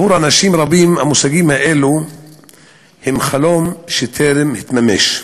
עבור אנשים רבים המושגים האלה הם חלום שטרם התממש.